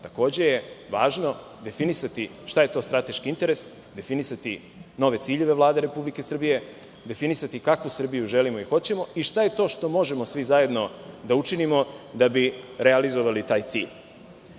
važno je definisati šta je to strateški interes, definisati nove ciljeve Vlade Republike Srbije, definisati kakvu Srbiju želimo i hoćemo i šta je to što možemo svi zajedno da učinimo da bi realizovali taj cilj.